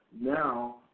now